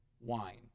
wine